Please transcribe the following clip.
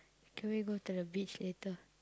can we go to the beach later